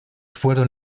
fueron